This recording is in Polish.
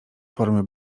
formy